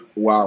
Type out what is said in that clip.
Wow